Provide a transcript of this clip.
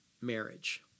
marriage